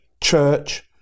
church